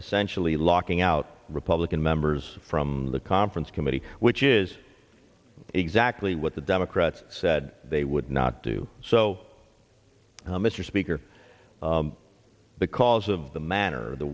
essentially locking out republican members from the conference committee which is exactly what the democrats said they would not do so mr speaker the cause of the manner the